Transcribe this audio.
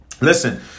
Listen